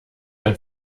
ein